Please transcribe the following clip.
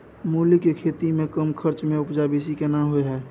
मूली के खेती में कम खर्च में उपजा बेसी केना होय है?